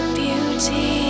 beauty